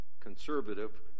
conservative